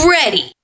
ready